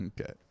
Okay